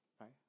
right